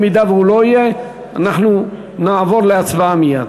אם הוא לא יהיה נעבור מייד להצבעה.